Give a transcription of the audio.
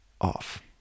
off